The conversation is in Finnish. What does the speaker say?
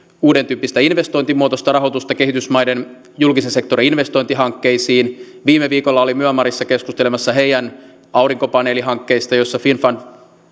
uudentyyppistä investointimuotoista rahoitusta kehitysmaiden julkisen sektorin investointihankkeisiin viime viikolla olin myanmarissa keskustelemassa heidän aurinkopaneelihankkeistaan joissa finnfund